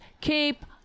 keep